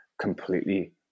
completely